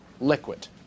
liquid